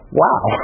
wow